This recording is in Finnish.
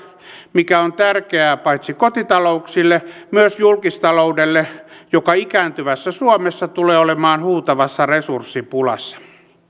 mikä on tärkeää paitsi kotitalouksille myös julkistaloudelle joka ikääntyvässä suomessa tulee olemaan huutavassa resurssipulassa